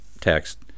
text